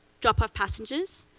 drop off passengers,